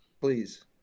please